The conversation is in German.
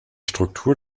struktur